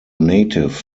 native